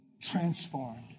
transformed